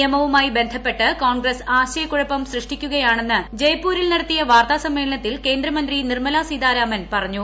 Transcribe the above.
നിയമവുമായി ബന്ധപ്പെട്ട് കോൺഗ്രസ് ആശയക്കുഴപ്പം സൃഷ്ടിക്കുകയാണെന്ന് ജയ്പ്പൂരിൽ നടത്തിയ വാർത്താ സമ്മേളനത്തിൽ കേന്ദ്രമന്ത്രി നിർമ്മലാ സീതാരാമൻ പറഞ്ഞു